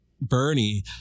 Bernie